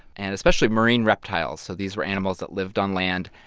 and especially marine reptiles. so these were animals that lived on land,